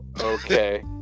Okay